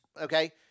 okay